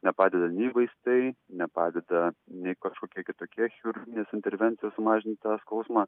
nepadeda nei vaistai nepadeda nei kažkokie kitokie chirurginės intervencijos sumažint tą skausmą